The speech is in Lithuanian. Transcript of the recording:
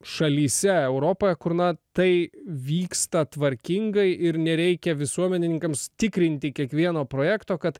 šalyse europą kur na tai vyksta tvarkingai ir nereikia visuomenininkams tikrinti kiekvieno projekto kad